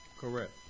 Correct